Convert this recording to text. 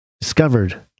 discovered